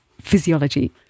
physiology